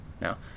Now